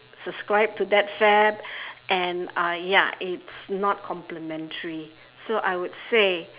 subscribed to that fad and uh ya it's not complimentary so I would say